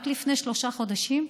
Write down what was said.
רק לפני שלושה חודשים,